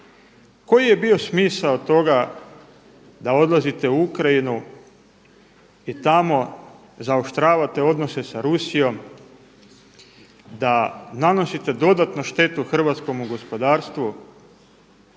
Koji je bio smisao toga da odlazite u Ukrajinu i tamo zaoštravate odnose sa Rusijom, da nanosite dodatno štetu hrvatskomu gospodarstvu